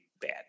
bad